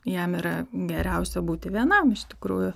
jam yra geriausia būti vienam iš tikrųjų